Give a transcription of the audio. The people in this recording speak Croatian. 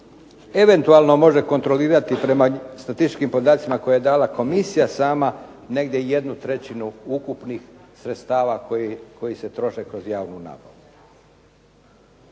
eventualno može kontrolirati prema statističkim podacima koje je dala komisija sama negdje jednu trećinu ukupnih sredstava koji se troše kroz javnu nabavu.